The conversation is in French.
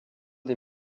des